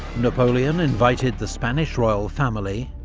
napoleon invited the spanish royal family,